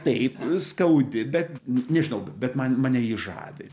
taip skaudi bet nežinau bet man mane ji žavi